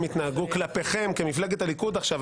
התנהגו כלפיכם כמפלגת הליכוד עכשיו,